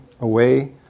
away